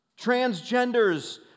Transgenders